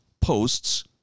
posts